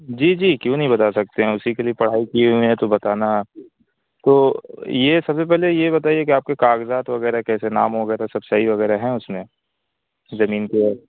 جی جی کیوں نہیں بتا سکتے ہیں اسی کے لیے پڑھائی کیے ہوئے ہیں تو بتانا تو یہ سب سے پہلے یہ بتائیے کہ آپ کے کاغذات وغیرہ کیسے نام وغیرہ سب صحیح وغیرہ ہیں اس میں زمین کے